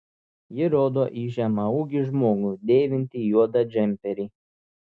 ji rodo į žemaūgį žmogų dėvintį juodą džemperį